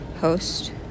host